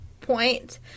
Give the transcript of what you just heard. point